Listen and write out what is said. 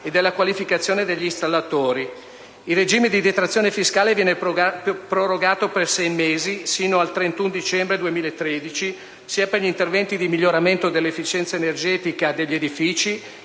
e della qualificazione degli installatori. Il regime di detrazione fiscale viene prorogato per sei mesi, sino al 31 dicembre 2013, sia per gli interventi di miglioramento dell'efficienza energetica degli edifici,